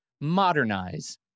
modernize